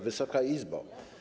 Wysoka Izbo!